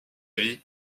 vie